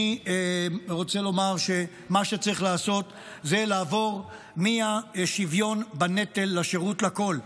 אני רוצה לומר שמה שצריך לעשות זה לעבור מהשוויון בנטל לשירות לכול.